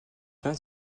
fin